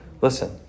listen